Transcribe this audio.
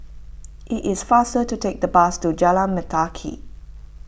it is faster to take the bus to Jalan Mendaki